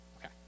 Okay